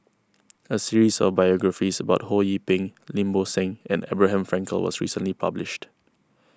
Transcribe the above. a series of biographies about Ho Yee Ping Lim Bo Seng and Abraham Frankel was recently published